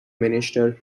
minister